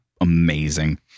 amazing